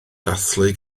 dathlu